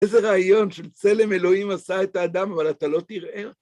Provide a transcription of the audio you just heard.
איזה רעיון של צלם אלוהים עשה את האדם, אבל אתה לא תראה.